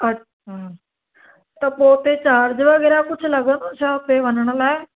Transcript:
अच्छा हा त पोइ उते चार्ज वग़ैरह कुझु लॻंदो छा उते वञण लाइ